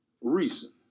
reason